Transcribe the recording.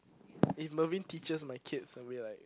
if Mervin teaches my kids I'll be like